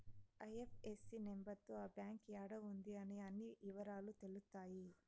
IFSC number తో ఆ bank యాడా ఉంది అనే అన్ని ఇవరాలు తెలుత్తాయి